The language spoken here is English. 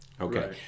Okay